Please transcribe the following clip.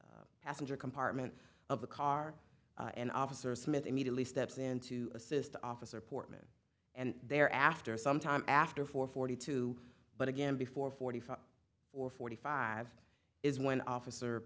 the passenger compartment of the car and officer smith immediately steps in to assist officer portman and there after sometime after four forty two but again before forty five or forty five is when o